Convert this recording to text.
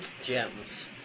Gems